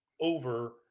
over